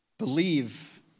believe